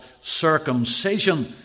circumcision